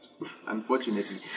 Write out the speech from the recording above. unfortunately